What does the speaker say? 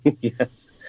Yes